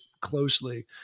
closely